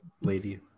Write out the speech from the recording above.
lady